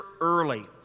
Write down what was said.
early